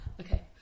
okay